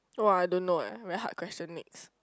oh I don't know eh very hard question next